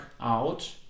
out